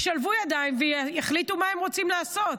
ישלבו ידיים ויחליטו מה הם רוצים לעשות,